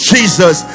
Jesus